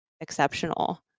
exceptional